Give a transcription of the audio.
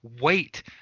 wait